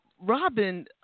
Robin